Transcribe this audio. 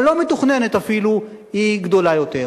הלא-מתוכננת אפילו, היא גדולה יותר.